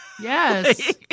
Yes